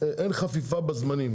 שאין חפיפה בזמנים.